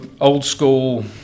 old-school